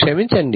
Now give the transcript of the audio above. క్షమించండి